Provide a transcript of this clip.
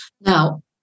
Now